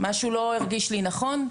משהו לא הרגיש לי נכון,